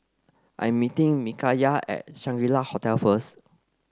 I am meeting Mikala at Shangri La Hotel first